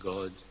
God